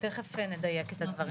תיכף נדייק את הדברים.